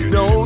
no